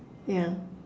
yeah